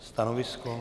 Stanovisko?